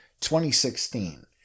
2016